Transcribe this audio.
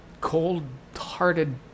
cold-hearted